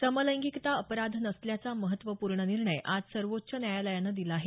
समलैंगिकता अपराध नसल्याचा महत्त्वपूर्ण निर्णय आज सर्वोच्च न्यायालयानं दिला आहे